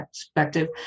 perspective